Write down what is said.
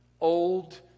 old